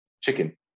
chicken